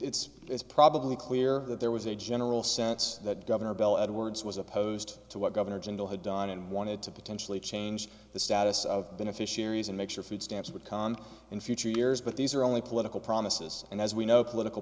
it's probably clear that there was a general sense that governor bill edwards was opposed to what governor jindal had done and wanted to potentially change the status of beneficiaries and make sure food stamps would come in future years but these are only political promises and as we know political